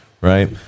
Right